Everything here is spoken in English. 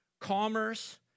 commerce